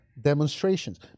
Demonstrations